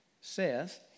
says